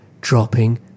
dropping